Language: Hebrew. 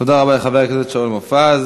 תודה רבה לחבר הכנסת שאול מופז.